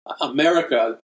America